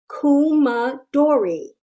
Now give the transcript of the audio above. Kumadori